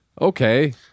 Okay